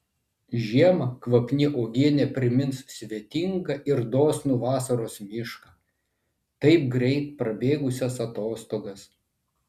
žiemą kvapni uogienė primins svetingą ir dosnų vasaros mišką taip greit prabėgusias atostogas